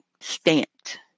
stamped